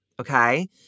okay